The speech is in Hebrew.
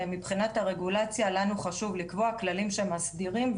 מבחינת הרגולציה לנו חשוב לקבוע כללים שמסדירים.